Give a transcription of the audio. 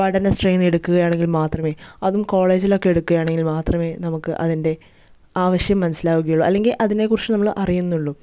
പഠനശ്രയം എടുക്കുകയാണെങ്കിൽ മാത്രമേ അതും കോളേജിൽ ഒക്കെ എടുക്കുകയാണെങ്കിൽ മാത്രമേ നമുക്ക് അതിന്റെ ആവശ്യം മനസ്സിലാവുകയുള്ളൂ അല്ലെങ്കി അതിനെ കുറിച്ച് നമ്മള് അറിയുന്നുള്ളൂ